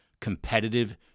Competitive